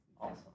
Awesome